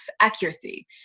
accuracy